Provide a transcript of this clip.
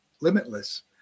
limitless